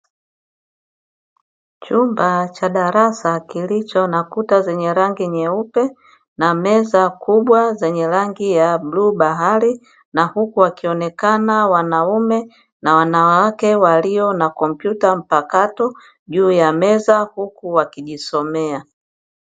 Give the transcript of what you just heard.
Chumba cha darasa kilicho na kuta za rangi nyeupe, na meza kubwa zenye rangi ya bluu bahari na huku wakionekana wanaume na wanawake walio na kompyuta mpakato juu ya meza huku wakijisomea.